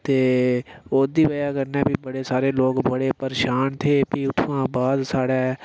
ओह्दी बजह् कन्नै बी बड़े सारे लोक बड़े परेशान हे भी उत्थुआं बाद साढ़ै